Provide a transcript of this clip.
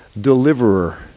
deliverer